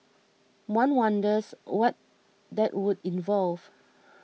one wonders what that would involve